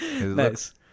nice